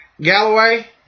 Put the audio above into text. Galloway